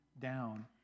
down